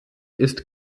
ist